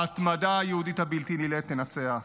ההתמדה היהודית הבלתי-נלאית תנצח.